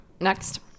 next